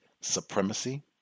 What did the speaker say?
supremacy